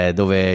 dove